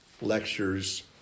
lectures